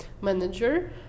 manager